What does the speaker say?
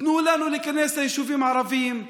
תנו לנו להיכנס ליישובים הערביים,